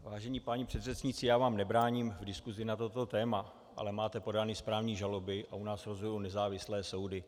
Vážení páni předřečníci, já vám nebráním v diskuzi na toto téma, ale máte podány správní žaloby a u nás rozhodují nezávislé soudy.